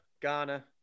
Ghana